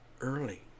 early